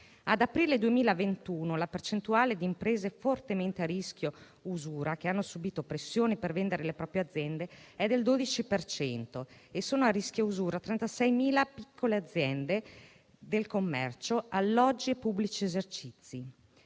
Ad aprile 2021 la percentuale di imprese fortemente a rischio di usura, che hanno subito pressione per vendere le proprie aziende, è del 12 per cento e sono a rischio usura 36.000 piccole aziende del commercio, alloggi e pubblici esercizi.